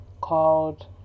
called